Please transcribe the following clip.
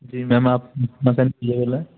जी ma'am आप